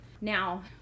Now